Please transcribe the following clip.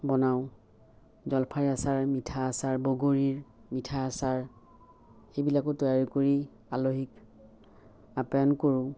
বনাওঁ জলফাইৰ আচাৰ মিঠা আচাৰ বগৰীৰ আচাৰ সেইবিলাকো তৈয়াৰ কৰি আলহীক আপ্য়ায়ন কৰোঁ